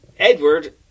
Edward